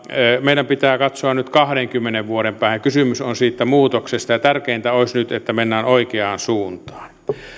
meidän pitää katsoa nyt kahdenkymmenen vuoden päähän kysymys on siitä muutoksesta ja tärkeintä nyt olisi että mennään oikeaan suuntaan